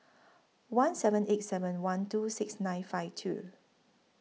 one seven eight seven one two six nine five two